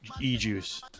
E-Juice